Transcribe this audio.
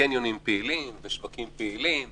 שהקניונים והשווקים פעילים ואנחנו פותחים.